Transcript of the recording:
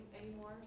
anymore